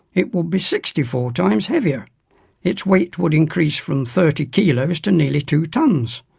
it would be sixty four times heavier its weight would increase from thirty kilos to nearly two tonnes.